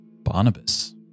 Barnabas